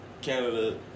Canada